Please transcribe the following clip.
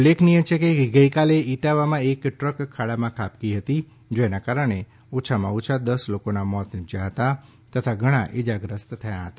ઉલ્લેખનીય છે કે ગઈકાલે ઈટાવામાં એક ટ્રક ખાડામાં ખાબકી હતી જેના કારણે ઓછામાં ઓછા દસ લોકોના મોત નિપજ્યાં હતા તથા ધણાં ઈજાગ્રસ્ત થયા છે